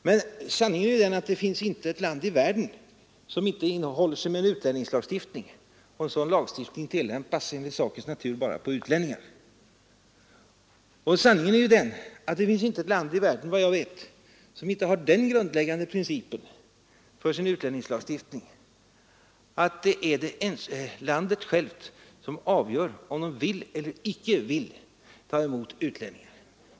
Men sanningen är ju den att det inte finns ett land i världen som inte håller sig med en utlänningslagstiftning, och en sådan lagstiftning tillämpas enligt naturens lag bara på utlänningar. Sanningen är den att det inte finns ett land i världen — vad jag vet — som inte har den grundläggande principen för sin utlänningslagstiftning, att det är landet självt som avgör om det vill eller icke vill ta emot utlänningar.